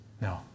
No